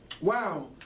Wow